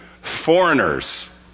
foreigners